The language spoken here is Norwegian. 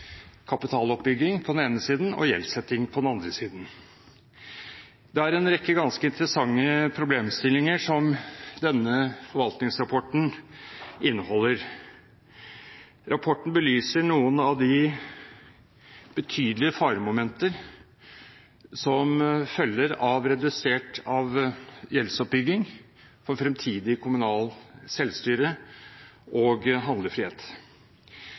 kapitaloppbygging på den ene siden og gjeldssetting på den andre siden. Det er en rekke ganske interessante problemstillinger som denne forvaltningsrapporten inneholder. Rapporten belyser noen av de betydelige faremomenter som følger av gjeldsoppbygging for fremtidig kommunalt selvstyre og handlefrihet.